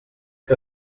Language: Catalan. que